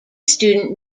student